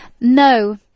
No